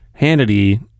Hannity